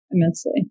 immensely